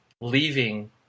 leaving